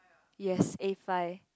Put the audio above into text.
yes A five